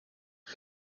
auf